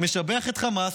משבח את חמאס,